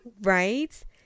right